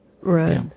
right